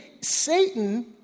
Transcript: Satan